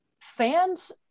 Fans